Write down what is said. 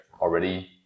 already